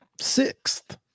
sixth